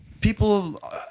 people